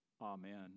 Amen